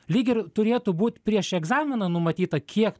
lyg ir turėtų būt prieš egzaminą numatyta kiek